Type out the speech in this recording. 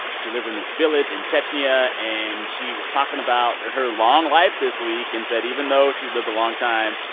she lives in this village in chechnya. and she was talking about her long life this week and said even though she's lived a long time,